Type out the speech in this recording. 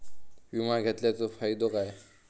विमा घेतल्याचो फाईदो काय?